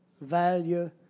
value